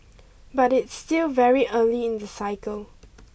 but it's still very early in the cycle